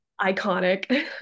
Iconic